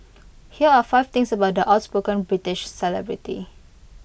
here are five things about the outspoken British celebrity